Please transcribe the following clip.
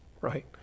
Right